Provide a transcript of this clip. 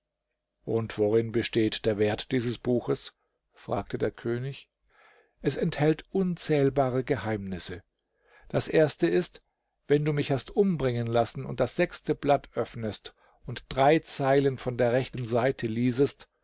und worin besteht der wert dieses buches fragte der könig es enthält unzählbare geheimnisse das erste ist wenn du mich hast umbringen lassen und das sechste blatt öffnest und drei zeilen von der rechten seite liesest